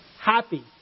happy